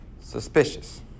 suspicious